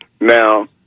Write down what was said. Now